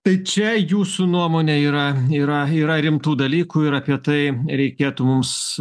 tai čia jūsų nuomone yra yra yra rimtų dalykų ir apie tai reikėtų mums